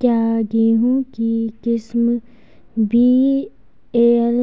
क्या गेहूँ की किस्म वी.एल